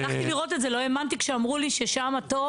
הלכתי לראות את זה לא האמנתי כשאמרו לי ששם התור